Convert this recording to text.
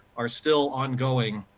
are still ongoing,